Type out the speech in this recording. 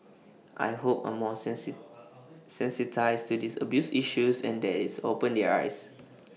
I hope are more sensitised to these abuse issues and that it's opened their eyes